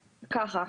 ככה,